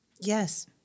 Yes